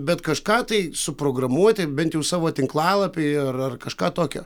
bet kažką tai suprogramuoti bent jau savo tinklalapį ar ar kažką tokio